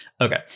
Okay